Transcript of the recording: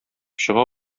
чыга